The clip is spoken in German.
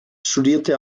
studierte